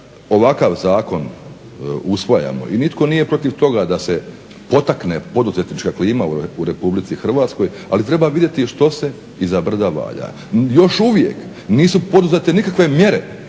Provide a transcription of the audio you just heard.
ovakav zakon usvajamo i nitko nije protiv toga da se potakne poduzetnička klima u RH, ali treba vidjeti što se iza brda valja. Još uvijek nisu poduzete nikakve mjere